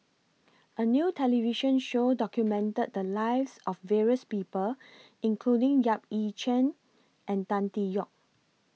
A New television Show documented The Lives of various People including Yap Ee Chian and Tan Tee Yoke